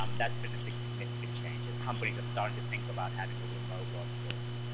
um that's been a significant change, as companies are starting to think about having a remote workforce.